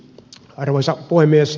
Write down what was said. arvoisa puhemies